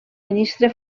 ministre